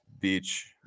beach